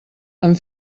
amb